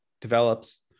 develops